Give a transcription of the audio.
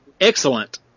excellent